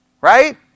Right